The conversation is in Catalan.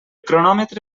cronòmetre